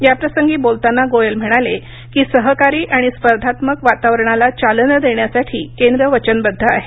याप्रसंगी बोलताना गोयल म्हणाले की सहकारी आणि स्पर्धात्मक वातावरणाला चालना देण्यासाठी केंद्र वचनबद्ध आहे